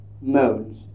modes